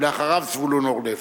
ואחריו, זבולון אורלב.